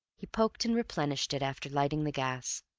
he poked and replenished it after lighting the gas.